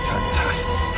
Fantastic